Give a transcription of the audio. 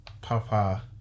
Papa